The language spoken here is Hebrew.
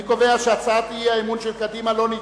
אני קובע שהצעת אי-האמון של קדימה לא נתקבלה.